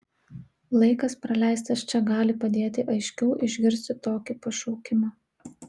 laikas praleistas čia gali padėti aiškiau išgirsti tokį pašaukimą